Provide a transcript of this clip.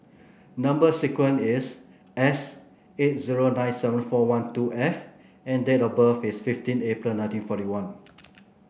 number sequence is S eight zero nine seven four one two F and date of birth is fifteen April nineteen forty one